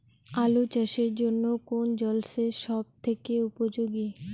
আলু চাষের জন্য কোন জল সেচ সব থেকে উপযোগী?